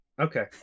Okay